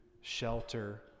shelter